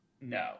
No